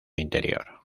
interior